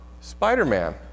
spider-man